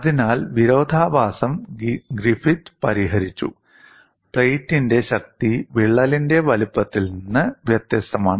അതിനാൽ വിരോധാഭാസം ഗ്രിഫിത്ത് പരിഹരിച്ചു പ്ലേറ്റിന്റെ ശക്തി വിള്ളലിന്റെ വലുപ്പത്തിൽ നിന്ന് വ്യത്യസ്തമാണ്